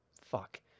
Fuck